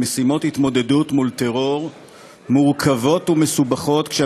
למשימות התמודדות מורכבות ומסובכות מול טרור,